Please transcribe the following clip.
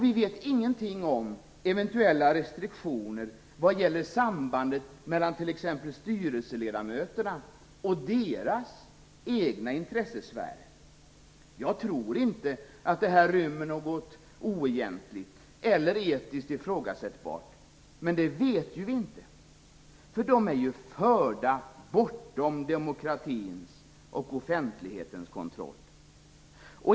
Vi vet ingenting om eventuella restriktioner vad gäller sambandet mellan t.ex. styrelseledamöterna och deras egna intressesfärer. Jag tror inte att det här rymmer något oegentligt eller etiskt ifrågasättbart, men om det vet vi inget - dessa stiftelser är ju förda bortom demokratins och offentlighetens kontroll.